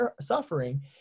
suffering